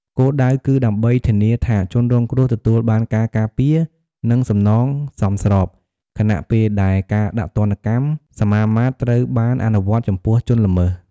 គោលដៅគឺដើម្បីធានាថាជនរងគ្រោះទទួលបានការការពារ និង សំណងសមស្រប ខណៈពេលដែលការដាក់ទណ្ឌកម្មសមាមាត្រត្រូវបានអនុវត្តចំពោះជនល្មើស។